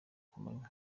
kumanywa